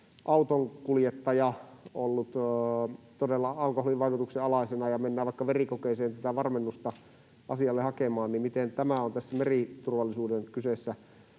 autonkuljettaja ollut todella alkoholin vaikutuksen alaisena, ja mennään vaikka verikokeeseen tätä varmennusta asialle hakemaan. Miten tämä on tässä meriturvallisuuden kyseessä